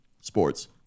Sports